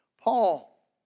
Paul